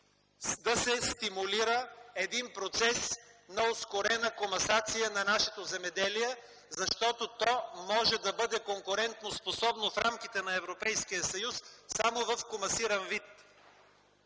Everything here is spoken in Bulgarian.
да се стимулира един процес на ускорена комасация на нашето земеделие, защото то може да бъде конкурентноспособно в рамките на Европейския съюз само в комасиран вид.